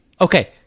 Okay